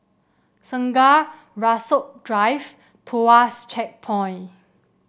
Segar Rasok Drive Tuas Checkpoint